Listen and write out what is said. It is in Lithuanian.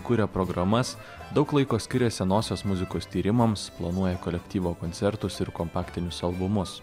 kuria programas daug laiko skiria senosios muzikos tyrimams planuoja kolektyvo koncertus ir kompaktinius albumus